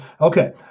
okay